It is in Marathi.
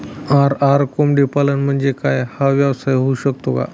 आर.आर कोंबडीपालन म्हणजे काय? हा व्यवसाय होऊ शकतो का?